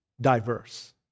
diverse